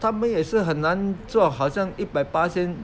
他们也是很难做好像一百巴仙